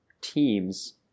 teams